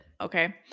okay